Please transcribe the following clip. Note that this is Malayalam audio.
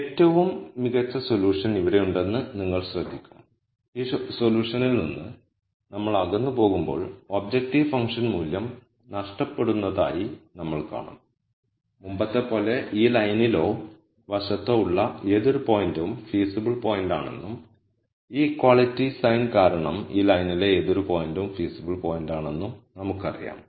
ഏറ്റവും മികച്ച സൊല്യൂഷൻ ഇവിടെയുണ്ടെന്ന് നിങ്ങൾ ശ്രദ്ധിക്കും ഈ സൊല്യൂഷനിൽ നിന്ന് നമ്മൾ അകന്നുപോകുമ്പോൾ ഒബ്ജക്റ്റീവ് ഫങ്ക്ഷൻ മൂല്യം നഷ്ടപ്പെടുന്നതായി നമ്മൾ കാണും മുമ്പത്തെപ്പോലെ ഈ ലൈനിലോ വശത്തോ ഉള്ള ഏതൊരു പോയിന്റും ഫീസിബിൾ പോയിന്റാണെന്നും ഈ ഇക്വാളിറ്റി സൈൻ കാരണം ഈ ലൈനിലെ ഏതൊരു പോയിന്റും ഫീസിബിൾ പോയിന്റാണെന്നും നമുക്കറിയാം